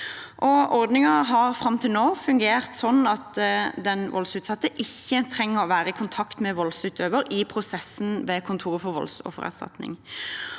Ordningen har fram til nå fungert slik at den voldsutsatte ikke trenger å være i kontakt med voldsutøveren i prosessen ved Kontoret for voldsoffererstatning.